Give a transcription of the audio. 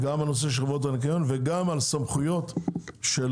גם על נושא חברות הניקיון וגם על סמכויות הרשות.